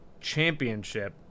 championship